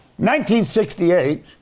1968